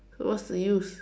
so what's the use